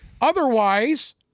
Otherwise